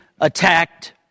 attacked